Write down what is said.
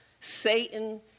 Satan